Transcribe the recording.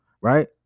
right